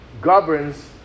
governs